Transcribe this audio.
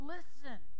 Listen